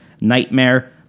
Nightmare